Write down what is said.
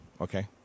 okay